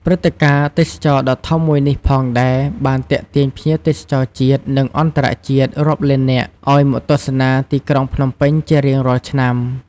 ព្រឹត្តិការណ៍ទេសចរណ៍ដ៏ធំមួយនេះផងដែរបានដែលទាក់ទាញភ្ញៀវទេសចរណ៍ជាតិ និងអន្តរជាតិរាប់លាននាក់ឱ្យមកទស្សនាទីក្រុងភ្នំពេញជារៀងរាល់ឆ្នាំ។